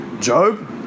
Job